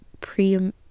pre